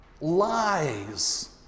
lies